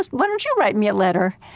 why don't you write me a letter?